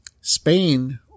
Spain